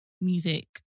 music